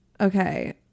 Okay